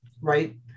Right